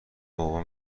بابا